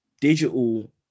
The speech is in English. digital